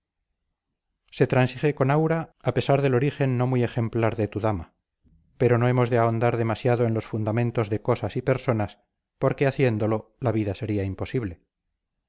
se transige con aura a pesar del origen no muy ejemplar de tu dama pero no hemos de ahondar demasiado en los fundamentos de cosas y personas porque haciéndolo la vida sería imposible